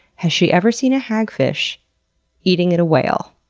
has she ever seen a hagfish eating at a whale?